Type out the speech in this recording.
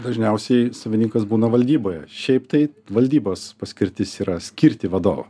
dažniausiai savininkas būna valdyboje šiaip tai valdybos paskirtis yra skirti vadovą